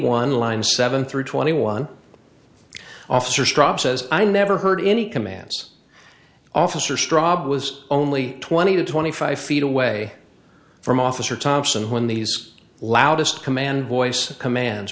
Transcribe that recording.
one line seven through twenty one officer strub says i never heard any commands officer strawbs was only twenty to twenty five feet away from officer thompson when these loudest command voice commands